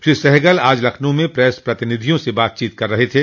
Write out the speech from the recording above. श्री सहगल आज लखनऊ में प्रेस प्रतिनिधियों से बातचीत कर रहे थे